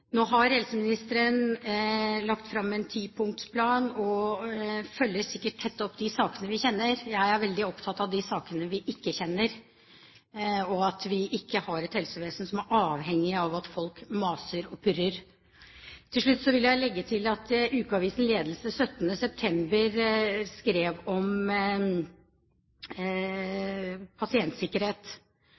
Nå har helseministeren lagt fram en tipunktsplan og følger sikkert tett opp de sakene vi kjenner. Jeg er veldig opptatt av de sakene vi ikke kjenner, og av at vi ikke har et helsevesen som er avhengig av at folk maser og purrer. Til slutt vil jeg legge til at ukeavisen Ledelse 17. september skrev om pasientsikkerhet